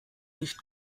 nicht